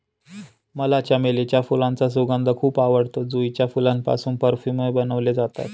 मला चमेलीच्या फुलांचा सुगंध खूप आवडतो, जुईच्या फुलांपासून परफ्यूमही बनवले जातात